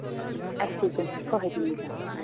اَسہِ ییٚتٮ۪ن فٲہدٕ مِلہِ